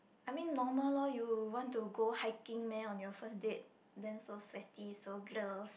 I mean normal loh you want to go hiking meh on your first date then so sweaty so gross